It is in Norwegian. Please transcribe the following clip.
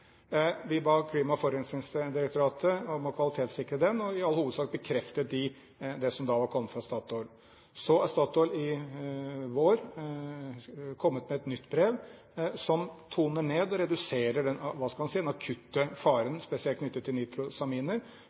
Vi ba Klima- og forurensningsdirektoratet om å kvalitetssikre det. I all hovedsak bekreftet de det som da var kommet fra Statoil. Så har Statoil i vår kommet med et nytt brev som toner ned og reduserer – hva skal en si – den akutte faren spesielt knyttet til nitrosaminer,